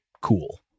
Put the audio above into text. cool